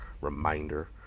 reminder